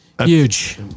Huge